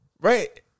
right